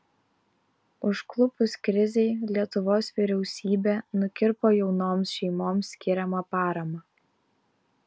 užklupus krizei lietuvos vyriausybė nukirpo jaunoms šeimoms skiriamą paramą